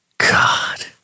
God